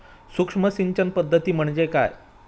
सूक्ष्म सिंचन पद्धती म्हणजे काय?